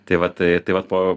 tai va tai tai vat po